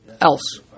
else